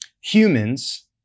Humans